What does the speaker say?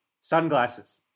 sunglasses